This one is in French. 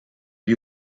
lui